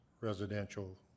residential